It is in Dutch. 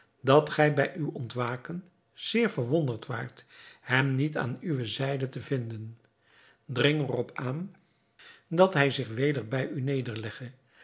dat gij bij uw ontwaken zeer verwonderd waart hem niet aan uwe zijde te vinden dring er op aan dat hij zich weder bij u nederlegge